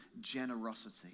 generosity